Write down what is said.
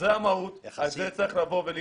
זו המהות, על זה צריך להילחם.